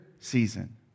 season